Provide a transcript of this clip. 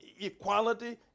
equality